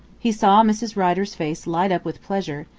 he saw mrs. rider's face light up with pleasure,